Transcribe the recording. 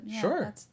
sure